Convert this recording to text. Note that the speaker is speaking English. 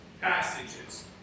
passages